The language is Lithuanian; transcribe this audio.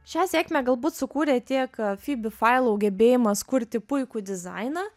šią sėkmę galbūt sukūrė tiek fibi failau gebėjimas kurti puikų dizainą